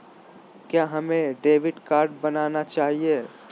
क्या हमें debit card बनाना चाहिए?